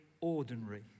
ordinary